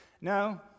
No